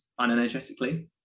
unenergetically